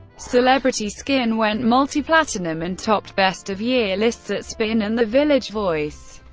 celebrity skin went multi-platinum, and topped best of year lists at spin and the village voice.